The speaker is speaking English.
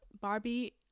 Barbie